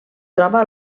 troba